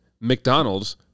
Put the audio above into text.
McDonald's